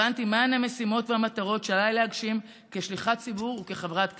הבנתי מהן המשימות והמטרות שעליי להגשים כשליחת ציבור וכחברת כנסת.